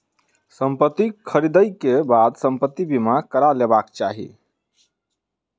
संपत्ति ख़रीदै के बाद संपत्ति बीमा करा लेबाक चाही